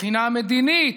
מבחינה מדינית,